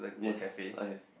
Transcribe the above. yes I have